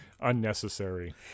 unnecessary